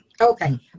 Okay